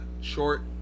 short